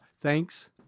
thanks